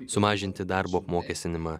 sumažinti darbo apmokestinimą